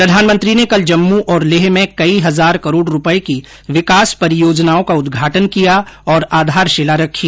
प्रधानमंत्री ने कल जम्मू और लेह में कई हजार करोड़ रूपये की विकास परियोजनाओं का उदघाटन किया और आधारशिला रखी